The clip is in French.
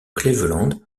cleveland